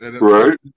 Right